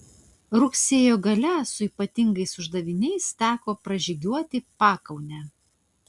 rugsėjo gale su ypatingais uždaviniais teko pražygiuoti pakaunę